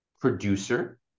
producer